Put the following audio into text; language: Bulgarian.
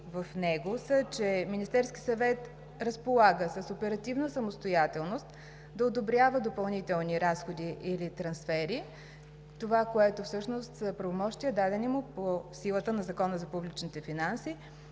в него са, че Министерският съвет разполага с оперативна самостоятелност да одобрява допълнителни разходи или трансфери – това, което всъщност са правомощия, дадени му по силата на Закона за публичните финанси,